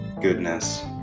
goodness